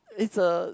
it's a